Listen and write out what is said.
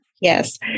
Yes